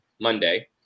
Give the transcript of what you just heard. Monday